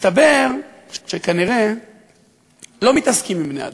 מסתבר שלא מתעסקים עם בני-אדם,